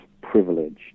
privileged